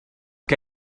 que